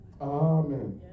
Amen